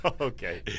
Okay